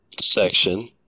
section